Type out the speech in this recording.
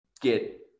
get